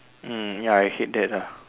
mm ya I hate that ah